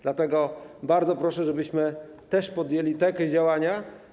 Dlatego bardzo proszę, żebyśmy podjęli takie działania.